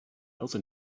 elsa